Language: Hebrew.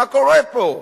מה קורה פה?